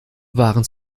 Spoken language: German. waren